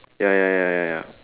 ya ya ya ya ya